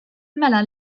mela